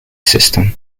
system